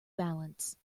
balance